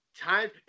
time